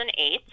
2008